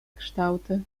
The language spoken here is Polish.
kształty